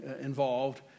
involved